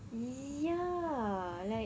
ya like